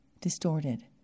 distorted